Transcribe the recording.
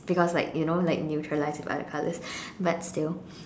because like you know like neutralised with other colours but still